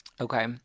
Okay